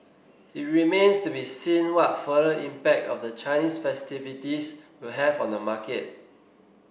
it remains to be seen what further impact of the Chinese festivities will have on the market